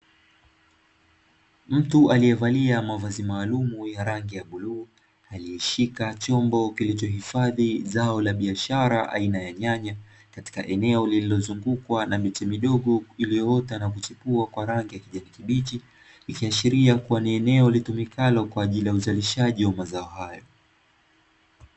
Mtu aliyevalia mavazi maalumu ya rangi ya bluu, aliyeshika chombo kilichohifadhi zao la biashara aina ya nyanya, katika eneo lililozungukwa na miti midogo iliyoota na kuchipua kwa rangi ya kijani kibichi, ikiashiria kuwa ni eneo litumikalo kwa ajili ya uzalishaji wa mazao hayo.